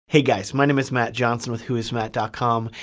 hey, guys, my name is matt johnson with whoismatt ah com.